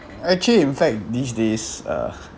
actually in fact these days uh